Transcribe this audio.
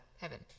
Heaven